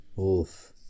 oof